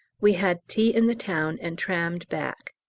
we had tea in the town and trammed back.